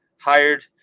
hired